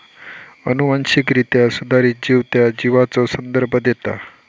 अनुवांशिकरित्या सुधारित जीव त्या जीवाचो संदर्भ देता